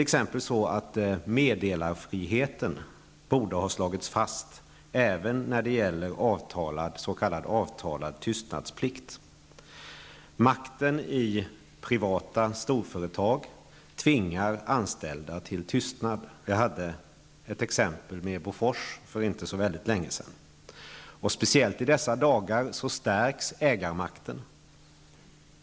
Meddelarfriheten borde t.ex. ha slagits fast även i fråga om s.k. avtalad tystnadsplikt. Makten i privata storföretag tvingar anställda till tystnad. Ett exempel på detta för inte så länge sedan är Bofors. Just i dessa dagar stärks ägarmakten.